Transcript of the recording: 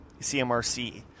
CMRC